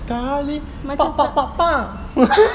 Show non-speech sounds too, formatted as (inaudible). macam tak (laughs)